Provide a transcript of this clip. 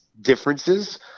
differences